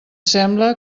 sembla